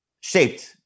shaped